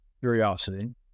curiosity